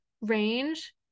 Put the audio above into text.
range